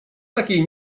takiej